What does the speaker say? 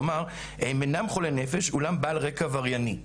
כלומר, הם אינם חולי נפש אולם בעלי רקע עברייני.